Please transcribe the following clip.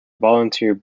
volunteer